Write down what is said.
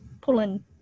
pulling